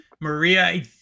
maria